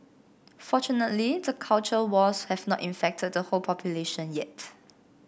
fortunately the culture wars have not infected the whole population yet